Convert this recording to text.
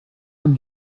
from